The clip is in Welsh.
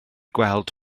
gweld